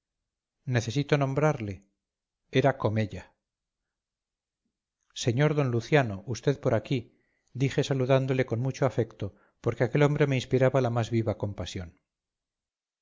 necesito nombrarle era comella sr d luciano vd por aquí dije saludándole con mucho afecto porque aquel hombre me inspiraba la más viva compasión